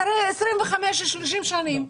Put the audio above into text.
אחרי 30-25 שנים,